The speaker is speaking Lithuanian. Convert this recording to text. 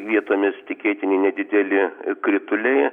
vietomis tikėtini nedideli krituliai